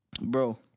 Bro